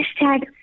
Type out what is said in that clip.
hashtag